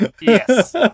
Yes